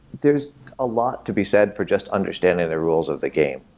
there's a lot to be said for just understanding the rules of the game.